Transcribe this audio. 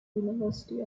university